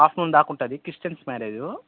afternoon దాకా ఉంటుంది Christians marriage